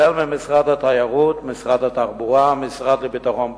משרד התיירות, משרד התחבורה, המשרד לביטחון פנים,